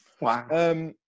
Wow